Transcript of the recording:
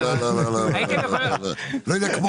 לא, לא, לא יודע כמו מה.